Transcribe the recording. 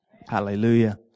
Hallelujah